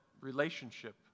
relationship